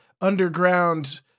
underground